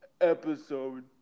episode